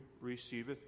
receiveth